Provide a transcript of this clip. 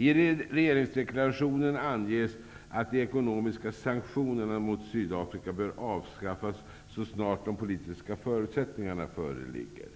I regeringsdeklarationen anges att de ekonomiska sanktionerna mot Sydafrika bör avskaffas så snart de politiska förutsättningarna föreligger.